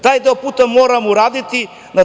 Taj deo puta moramo uraditi.